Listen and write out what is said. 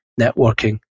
networking